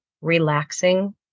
relaxing